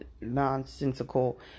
nonsensical